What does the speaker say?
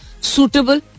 suitable